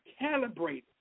calibrated